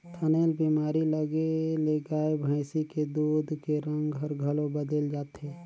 थनैल बेमारी लगे ले गाय भइसी के दूद के रंग हर घलो बदेल जाथे